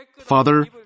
Father